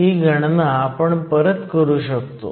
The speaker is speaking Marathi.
ही गणना आपण परत करू शकतो